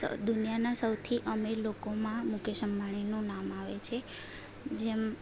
દુનિયાના સૌથી અમિર લોકોમાં મુકેશ અંબાણીનું નામ આવે છે જેમ